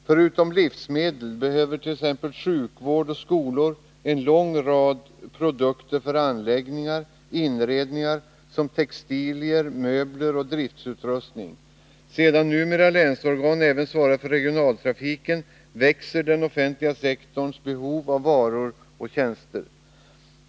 Förutom livsmedel behöver t.ex. sjukvård och skolor en lång rad produkter för anläggningar och inredningar, som textilier, möbler och driftsutrustning. Eftersom länsorgan numera även svarar för regionaltrafiken växer den offentliga sektorns behov av varor och tjänster.